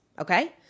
okay